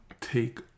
take